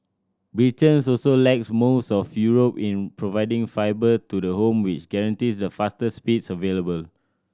Britain's also lags most of Europe in providing fibre to the home which guarantees the fastest speeds available